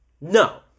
no